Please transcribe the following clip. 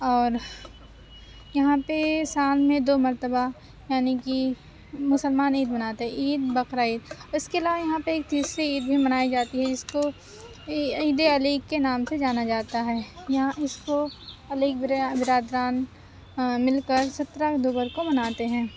اور یہاں پہ سال میں دو مرتبہ یعنی کہ مسلمان عید مناتے عید بقرعید اِس کے علاوہ یہاں پہ تیسری عید بھی منائی جاتی ہے جس کو عیدِ علیگ کے نام سے جانا جاتا ہے یہاں اِس کو علیگ برادران مل کر سترہ اکتوبر کو مناتے ہیں